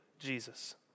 Jesus